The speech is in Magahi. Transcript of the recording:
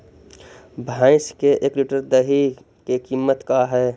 भैंस के एक लीटर दही के कीमत का है?